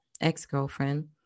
ex-girlfriend